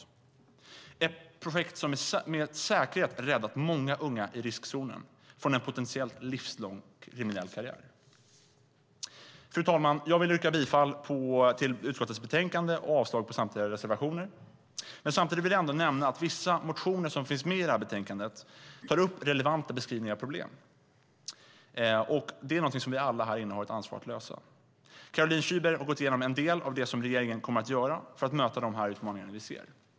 Det är ett projekt som med säkerhet räddat många unga i riskzonen från en potentiellt livslång kriminell karriär. Fru talman! Jag vill yrka bifall till utskottets förslag i betänkandet och avslag på samtliga reservationer. Samtidigt vill jag ändå nämna att vissa motioner som finns med i betänkandet tar upp relevanta beskrivningar av problem. Det är någonting som vi alla här inne har ett ansvar att lösa. Caroline Szyber har gått igenom en del av det som regeringen kommer att göra för att möta de utmaningar vi ser.